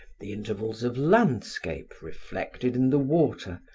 the intervals of landscape reflected in the water,